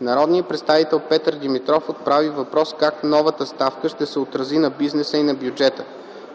Народният представител Петър Димитров отправи въпрос как новата ставка ще се отрази на бизнеса и на бюджета.